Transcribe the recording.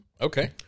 Okay